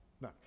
no